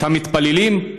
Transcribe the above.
של המתפללים?